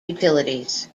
utilities